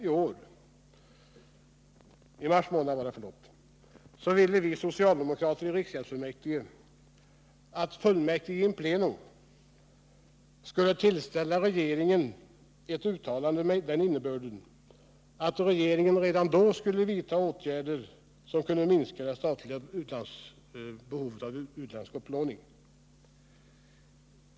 Redan i mars månad i år ville vi socialdemokrater i riksgäldsfullmäktige att fullmäktige in pleno skulle tillställa regeringen ett uttalande med innebörden att regeringen redan då skulle vidta åtgärder som kunde minska det statliga behovet av utlandsupplåning.